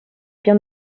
bien